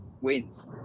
wins